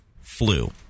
flu